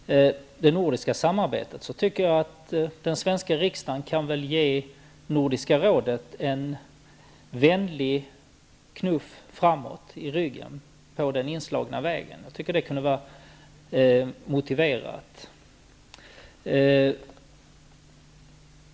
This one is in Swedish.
Herr talman! När det gäller det nordiska samarbetet tycker jag att den svenska riksdagen kan ge Nordiska rådet en vänlig knuff framåt på den inslagna vägen. Det kunde vara motiverat.